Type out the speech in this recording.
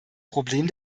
problem